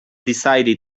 decided